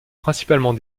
principalement